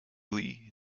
lee